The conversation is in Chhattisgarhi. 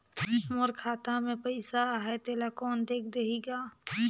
मोर खाता मे पइसा आहाय तेला कोन देख देही गा?